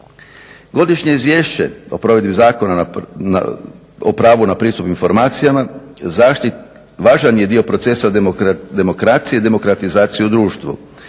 Godišnje izvješće o provedbi Zakona o pravu na pristup informacijama važan je dio procesa demokracije, demokratizacije u društvu.